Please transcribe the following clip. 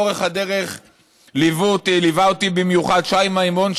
לאורך הדרך ליווה אותי במיוחד שי מימון,